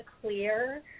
clear